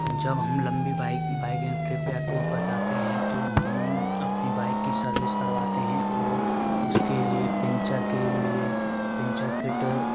जब हम लंबी बाइक बाइक ट्रिप या टूर पर जाते हैं तो हम अपनी बाइक की सर्विस करवाते हैं और उसके लिए पंचर के लिए पंचर किट